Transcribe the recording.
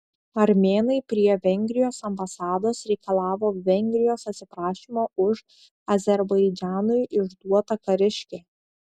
armėnai prie vengrijos ambasados reikalavo vengrijos atsiprašymo už azerbaidžanui išduotą kariškį